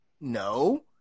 No